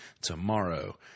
tomorrow